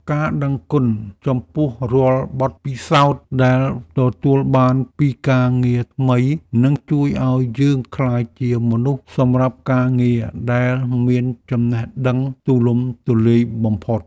ការដឹងគុណចំពោះរាល់បទពិសោធន៍ដែលទទួលបានពីការងារថ្មីនឹងជួយឱ្យយើងក្លាយជាមនុស្សសម្រាប់ការងារដែលមានចំណេះដឹងទូលំទូលាយបំផុត។